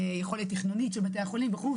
יכולת תכנונית של בתי החולים וכו'.